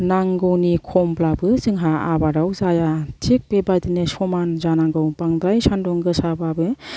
नांगौनि खमब्लाबो जोंहा आबादाव जाया थिग बेबादिनो समान जानांगौ बांद्राय सान्दुं गोसाब्लाबो